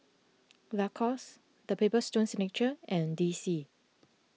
Lacoste the Paper Stone Signature and D C